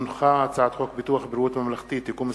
הצעת חוק ביטוח בריאות ממלכתי (תיקון מס'